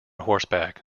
horseback